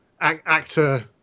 actor